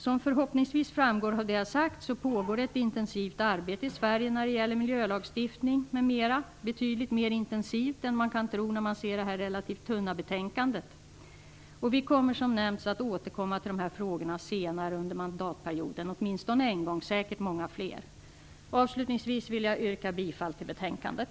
Som förhoppningsvis framgått av det jag har sagt pågår det ett intensivt arbete i Sverige när det gäller miljölagstiftning m.m. - betydligt mer intensivt än man kan tro när man ser det här relativt tunna betänkandet. Vi kommer som nämnts att återkomma till de här frågorna senare under mandatperioden, åtminstone en gång, säkert många fler. Avslutningsvis vill jag yrka bifall till betänkandet.